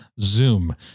zoom